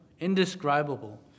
indescribable